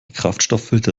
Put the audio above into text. kraftstofffilter